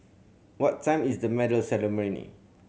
what time is the medal ceremony